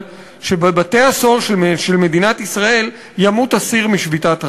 שבבתי-הסוהר של מדינת ישראל ימות אסיר משביתת רעב.